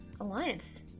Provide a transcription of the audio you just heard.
Alliance